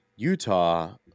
Utah